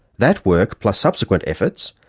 that work, plus subsequent efforts,